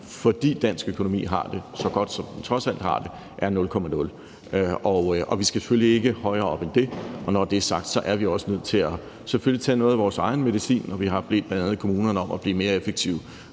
fordi dansk økonomi har det så godt, som den trods alt har det, og vi skal selvfølgelig ikke højere op end det. Når det er sagt, er vi selvfølgelig også nødt til at tage noget af vores egen medicin, for når vi har bedt bl.a. kommunerne om at blive mere effektive